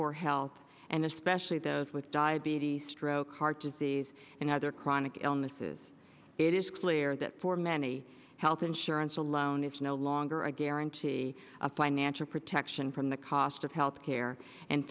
poor health and especially those with diabetes stroke heart disease and other chronic illnesses it is clear that for many health insurance alone is no longer a guarantee of financial protection from the cost of health care and